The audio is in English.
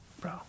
bro